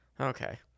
Okay